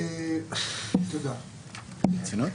ברצינות?